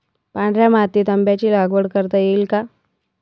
पांढऱ्या मातीत आंब्याची लागवड करता येईल का?